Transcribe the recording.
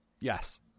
Yes